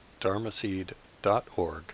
dharmaseed.org